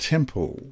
Temple